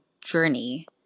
journey